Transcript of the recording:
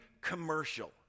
commercial